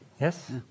yes